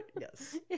Yes